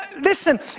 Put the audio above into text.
Listen